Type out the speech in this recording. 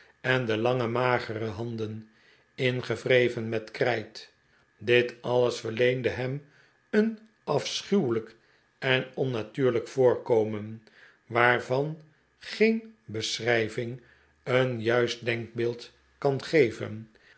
en de lange magere handen ingewreven met krijt dit alles verleende hem een afschuwelijk en onnatuurlijk voorkomen waarvan geen beschrijving een juist denkbeeld kan geven